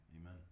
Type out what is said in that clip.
Amen